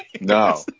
No